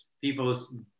people's